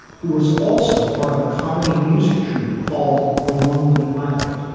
who was also part of a comedy music troupe called the lonely island,